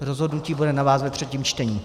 To rozhodnutí bude na vás ve třetím čtení.